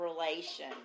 relation